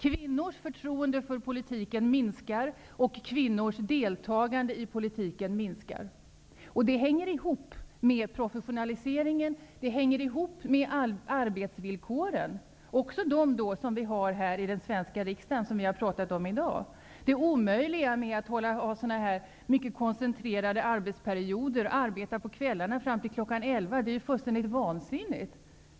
Kvinnors förtroende för politiken och kvinnors deltagande i politiken minskar. Det hänger ihop med professionaliseringen och med arbetsvillkoren -- även de villkor som vi har i den svenska riksdagen och som vi har pratat om i dag. Att ha mycket koncentrerade arbetsperioder och att arbeta på kvällarna fram till kl. 23 är fullständigt vansinnigt.